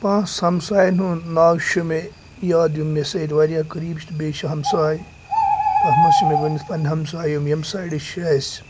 پانٛژھ ہمساین ہُنٛد ناو چھُ مےٚ یاد یِم مےٚ سۭتۍ واریاہ قریٖب چھِ بیٚیہِ چھِ ہمساے تتھ منٛز چھِ مےٚ گۄڈٕنٮ۪تھ پنٕنۍ ہمساے یِم ییٚمہِ سایڈٕ چھِ اسہِ